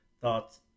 thoughts